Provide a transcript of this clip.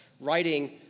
writing